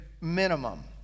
minimum